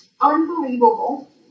unbelievable